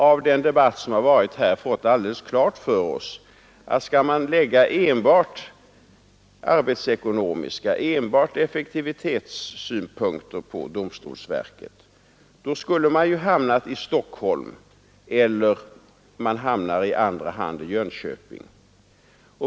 Av den debatt som förts har vi fått klart för oss att om man skall lägga enbart arbetsekonomiska synpunkter och effektivitetssynpunkter på domstolsverket, skulle man ha hamnat i första hand i Stockholm eller i andra hand i Jönköping.